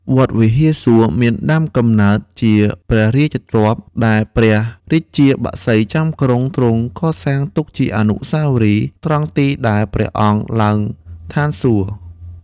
វត្តវិហារសួរ មានដើមកំណើតជាព្រះរាជទ្រព្យ ដែលព្រះរាជាបក្សីចាំក្រុងទ្រង់កសាងទុកជាអនុស្សាវរីយ៍ ត្រង់ទីដែលព្រះអង្គឡើងឋានសួគ៌‌។